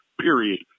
period